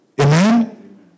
Amen